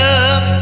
up